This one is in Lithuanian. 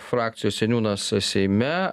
frakcijos seniūnas seime